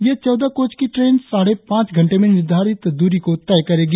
ये चौदह कोच की ट्रैन साढ़े पांच घंटे में निर्धारित दूरी को तय करेगी